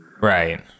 right